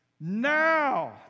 Now